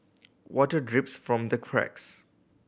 water drips from the cracks